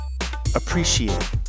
Appreciate